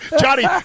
Johnny